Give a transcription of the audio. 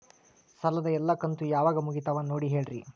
ಸಾಲದ ಎಲ್ಲಾ ಕಂತು ಯಾವಾಗ ಮುಗಿತಾವ ನೋಡಿ ಹೇಳ್ರಿ